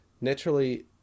Naturally